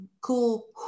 Cool